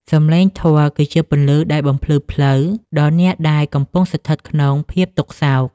សំឡេងធម៌គឺជាពន្លឺដែលបំភ្លឺផ្លូវដល់អ្នកដែលកំពុងស្ថិតក្នុងភាពទុក្ខសោក។